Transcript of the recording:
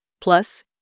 plus